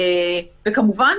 כמובן,